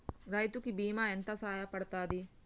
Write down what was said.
రైతు కి బీమా ఎంత సాయపడ్తది?